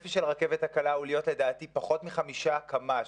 הצפי של הרכבת הקלה יהיה פחות מחמישה קמ"ש,